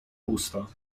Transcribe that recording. usta